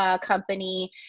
company